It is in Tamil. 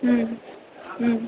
ம் ம்